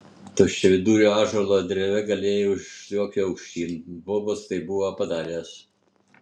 tuščiavidurio ąžuolo dreve galėjai užsliuogti aukštyn bobas tai buvo padaręs